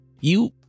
You